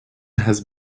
has